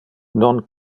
non